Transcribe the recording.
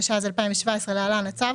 התשע"ז-2017 )להלן - הצו